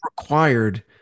required